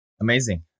Amazing